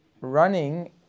running